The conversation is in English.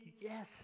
yes